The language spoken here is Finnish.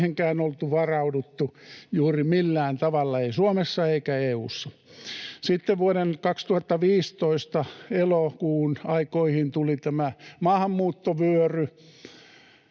Ei siihenkään oltu varauduttu juuri millään tavalla, ei Suomessa eikä EU:ssa. Sitten vuoden 2015 elokuun aikoihin tuli tämä maahanmuuttovyöry,